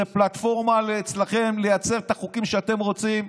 זה פלטפורמה אצלכם לייצר את החוקים שאתם רוצים,